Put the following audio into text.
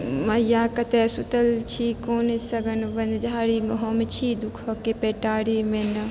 मैया कतए सुतल छी कोन सगन बनझारीमे हम छी दुखक पेटारीमे नऽ